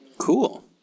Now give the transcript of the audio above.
Cool